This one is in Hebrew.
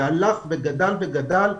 והלך וגדל וגדל.